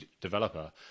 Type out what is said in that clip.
developer